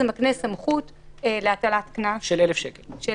זה מקנה סמכות להטלת קנס של 1,000 שקל.